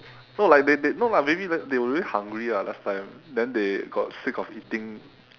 no like they they no lah maybe like they were really hungry ah last time then they got sick of eating